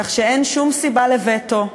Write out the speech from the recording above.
כך שאין שום סיבה לווטו.